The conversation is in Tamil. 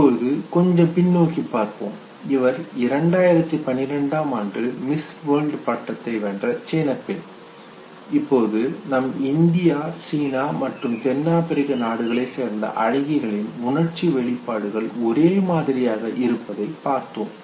இப்பொழுது கொஞ்சம் பின்னோக்கிப் பார்ப்போம் இவர் 2012 மிஸ் வேர்ல்ட் பட்டத்தை வென்ற சீனப் பெண் இப்பொழுது நாம் இந்தியா சீனா மற்றும் தென் ஆப்பிரிக்கா நாடுகளைச் சேர்ந்த அழகிகளின் உணர்ச்சி வெளிப்பாடுகள் ஒரே மாதிரியாக இருந்ததை பார்த்தோம்